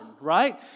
right